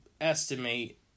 estimate